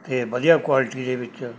ਅਤੇ ਵਧੀਆ ਕੁਆਲਿਟੀ ਦੇ ਵਿੱਚ